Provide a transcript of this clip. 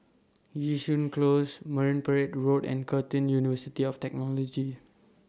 Yishun Close Marine Parade Road and Curtin University of Technology